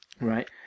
Right